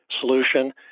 solution